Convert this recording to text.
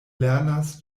lernas